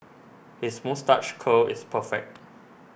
his moustache curl is perfect